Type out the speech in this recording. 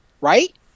right